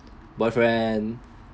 boyfriend